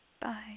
Bye